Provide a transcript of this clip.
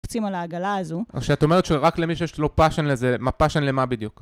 קופצים על העגלה הזו. אז כשאת אומרת שרק למי שיש לו פאשן לזה, מה פאשן למה בדיוק?